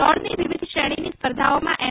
દોડની વિવિધ શ્રેણીની સ્પર્ધાઓમાં એમ